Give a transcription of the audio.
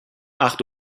acht